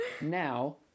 Now